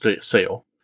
sale